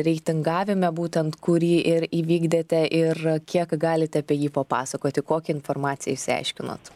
reitingavime būtent kurį ir įvykdėte ir kiek galit apie jį papasakoti kokią informaciją išsiaiškinot